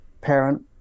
parent